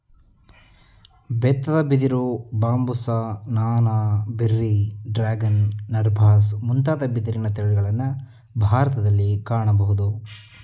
ಬೆತ್ತದ ಬಿದಿರು, ಬಾಂಬುಸ, ನಾನಾ, ಬೆರ್ರಿ, ಡ್ರ್ಯಾಗನ್, ನರ್ಬಾಸ್ ಮುಂತಾದ ಬಿದಿರಿನ ತಳಿಗಳನ್ನು ಭಾರತದಲ್ಲಿ ಕಾಣಬೋದು